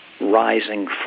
rising